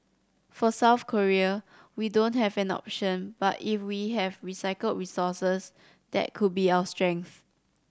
for South Korea we don't have an option but if we have recycled resources that could be our strength